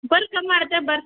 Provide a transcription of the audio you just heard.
ಬರ್ರೀ ಕಮ್ಮಿ ಮಾಡ್ತೇವೆ ಬರ್ರಿ